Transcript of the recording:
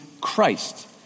Christ